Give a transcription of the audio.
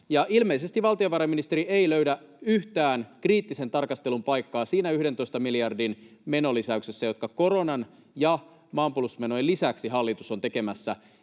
Ilmeisesti valtiovarainministeri ei löydä yhtään kriittisen tarkastelun paikkaa siinä 11 miljardin menolisäyksessä, jonka koronan ja maanpuolustusmenojen lisäksi hallitus on tekemässä.